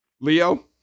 Leo